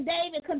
David